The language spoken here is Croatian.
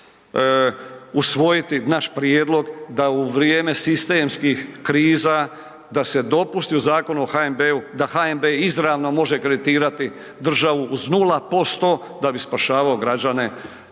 Vladi usvojiti naš prijedlog da u vrijeme sistemskih kriza, da se dopusti u Zakonu o HNB-u, da HNB izravno može kreditirati državu uz 0% da bi spašavao građane i